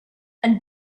and